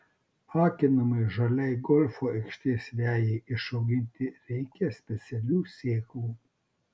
akinamai žaliai golfo aikštės vejai išauginti reikia specialių sėklų